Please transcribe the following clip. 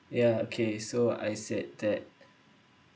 ya okay so I said that